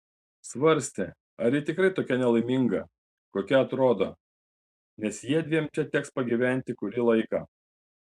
svarstė ar ji tikrai tokia nelaiminga kokia atrodo nes jiedviem čia teks pagyventi kurį laiką